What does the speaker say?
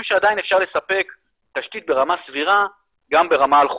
שעדיין אפשר לספק תשתית ברמה סבירה גם ברמה אלחוטית.